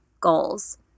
goals